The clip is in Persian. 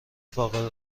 فارغ